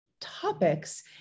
topics